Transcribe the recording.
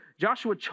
Joshua